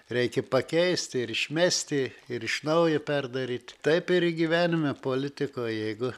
reikia pakeisti ir išmesti ir iš naujo perdaryt taip ir gyvenime politikoj jeigu